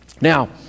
Now